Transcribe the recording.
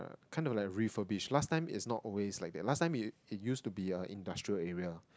kind of like refurbished last time it's not always like that last time it it used to be a industrial area